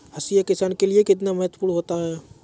हाशिया किसान के लिए कितना महत्वपूर्ण होता है?